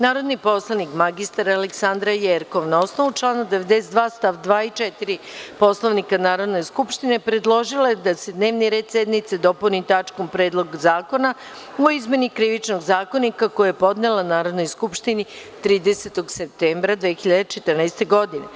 Narodni poslanik mr Aleksandra Jerkov, na osnovu člana 92. st. 2. i 4. Poslovnika Narodne skupštine, predložila je da se dnevni red sednice dopuni tačkom – Predlog zakona o izmeni Krivičnog zakonika, koji je podnela Narodnoj skupštini 30. septembra 2014. godine.